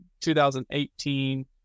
2018